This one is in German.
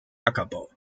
ackerbau